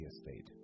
Estate